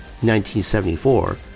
1974